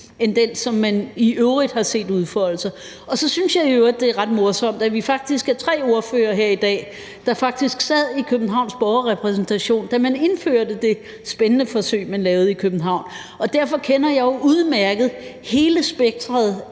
end den, vi i øvrigt har set udfolde sig. Så synes jeg i øvrigt, det er ret morsomt, at vi her i dag er tre ordførere, som faktisk sad i Københavns Borgerrepræsentation, da man indførte det spændende forsøg, som man lavede i København. Derfor kender jeg udmærket hele spektret